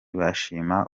bashima